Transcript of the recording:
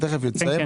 נכון.